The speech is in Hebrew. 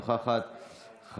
אינה נוכחת.